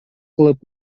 кылып